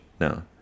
No